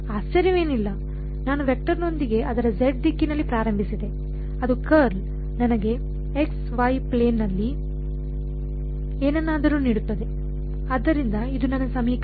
ಆಶ್ಚರ್ಯವೇನಿಲ್ಲ ನಾನು ವೆಕ್ಟರ್ನೊಂದಿಗೆ ಅದರ ದಿಕ್ಕಿನಲ್ಲಿ ಪ್ರಾರಂಭಿಸಿದೆ ಅದರ ಕರ್ಲ್ ನನಗೆ ಪ್ಲೇನ್ ನಲ್ಲಿ ಏನನ್ನಾದರೂ ನೀಡುತ್ತದೆ ಆದ್ದರಿಂದ ಇದು ನನ್ನ ಸಮೀಕರಣ